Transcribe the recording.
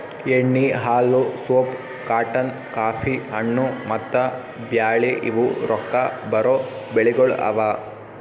ಎಣ್ಣಿ, ಹಾಲು, soap, cotton, coffee, ಹಣ್ಣು, ಮತ್ತ ಬ್ಯಾಳಿ ಇವು ರೊಕ್ಕಾ ಬರೋ ಬೆಳಿಗೊಳ್ ಅವಾ